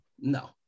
No